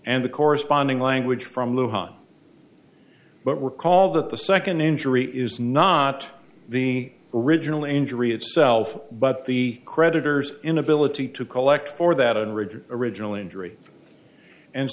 and the corresponding language from the one but we're call that the second injury is not the original injury itself but the creditors inability to collect for that a rigid original injury and